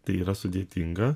tai yra sudėtinga